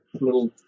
little